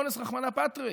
אונס רחמנא פטריה.